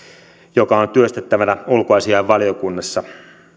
joka on työstettävänä ulkoasiainvaliokunnassa